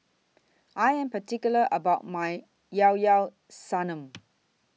I Am particular about My Llao Llao Sanum